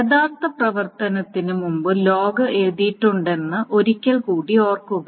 യഥാർത്ഥ പ്രവർത്തനത്തിന് മുമ്പ് ലോഗ് എഴുതിയിട്ടുണ്ടെന്ന് ഒരിക്കൽ കൂടി ഓർക്കുക